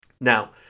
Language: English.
Now